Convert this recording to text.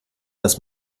dass